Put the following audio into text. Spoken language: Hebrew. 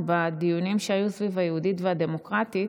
בדיונים סביב ה"יהודית" ו"הדמוקרטית",